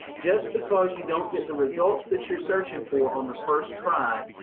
just because you don't get the results that you're searching for on the first try,